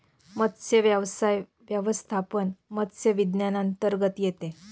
मत्स्यव्यवसाय व्यवस्थापन मत्स्य विज्ञानांतर्गत येते